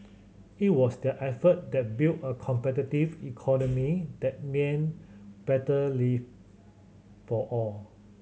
it was their effort that built a competitive economy that meant better live for all